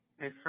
Hey